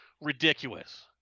ridiculous